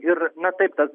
ir na taip tas